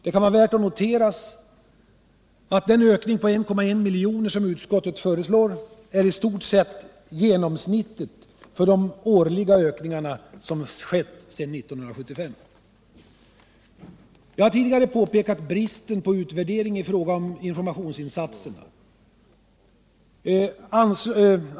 Det kan vara värt att notera att en ökning på 1,1 miljoner som utskottet föreslår är i stort sett genomsnittet för de årliga ökningar som skett sedan 1975: Jag har tidigare påpekat bristen på utvärdering i fråga om informationsinsatser som sker med medel från detta anslag.